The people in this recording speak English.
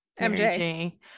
mj